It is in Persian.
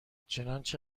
چنانچه